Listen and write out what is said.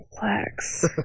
complex